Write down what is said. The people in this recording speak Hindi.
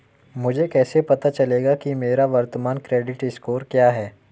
मुझे कैसे पता चलेगा कि मेरा वर्तमान क्रेडिट स्कोर क्या है?